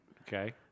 Okay